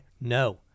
No